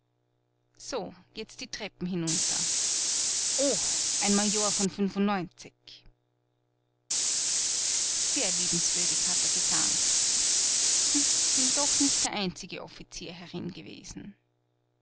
so jetzt die treppen hinunter oh ein major von fünfundneunzig sehr liebenswürdig hat er gedankt bin doch nicht der einzige offizier herin gewesen